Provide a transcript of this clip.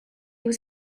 was